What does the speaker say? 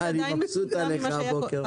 אני מבסוט עליך הבוקר.